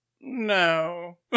No